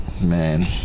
man